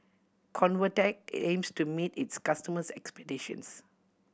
Convatec aims to meet its customers' expectations